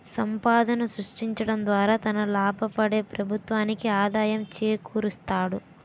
సంపాదన సృష్టించడం ద్వారా తన లాభపడి ప్రభుత్వానికి ఆదాయం చేకూరుస్తాడు